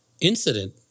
incident